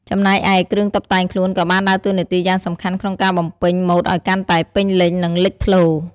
ចំណែកឯ គ្រឿងតុបតែងខ្លួនក៏បានដើរតួនាទីយ៉ាងសំខាន់ក្នុងការបំពេញម៉ូដឲ្យកាន់តែពេញលេញ និងលេចធ្លោ។